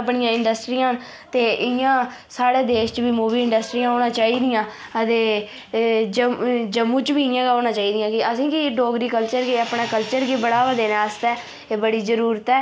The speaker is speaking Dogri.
अपनियां इंडस्ट्रियां न साढ़े देश च बी मूवी इंडस्ट्रियां होना चाहिदियां ते जम जम्मू च बी इ'यै गै होना चाहिदियां के असेंगी डोगरी कल्चर गी अपने कल्चर गी बढ़ावा देने आस्तै बड़ा जरूरी